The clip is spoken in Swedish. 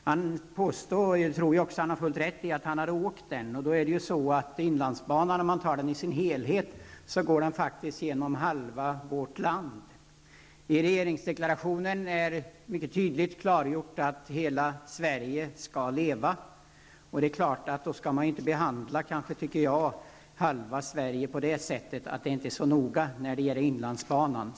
Han påstår att han har åkt den -- det tror jag också att han har gjort. Inlandsbanan i sin helhet går genom halva vårt land. I regeringsdeklarationen klargörs mycket tydligt att hela Sverige skall leva. Då tycker jag inte att man skall behandla halva Sverige på det sättet och säga att det inte är så noga när det gäller inlandsbanan.